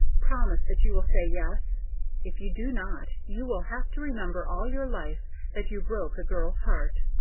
promise that you will say yes if you do not you will have to remember all your life that you broke a girl's heart.